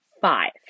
five